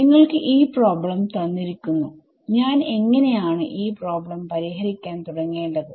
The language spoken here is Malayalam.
നിങ്ങൾക്ക് ഈ പ്രോബ്ലം തന്നിരിക്കുന്നുഞാൻ എങ്ങനെ ആണ് ഈ പ്രോബ്ലം പരിഹരിക്കാൻ തുടങ്ങേണ്ടത്